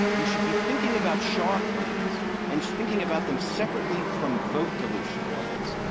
you should be thinking about shaw claims and thinking about them separately from vote dilution claims.